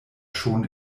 schon